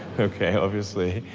okay, obviously.